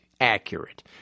accurate